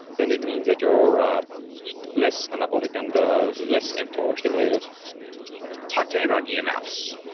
then it means that you're ah less anabolic and less mtor stimulated talk to me about emfs.